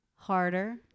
Harder